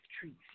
treats